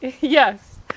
Yes